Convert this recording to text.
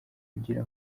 kugira